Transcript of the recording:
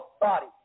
body